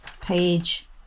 page